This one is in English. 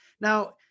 Now